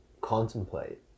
contemplate